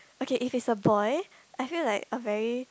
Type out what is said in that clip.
okay if it's a boy I feel like a very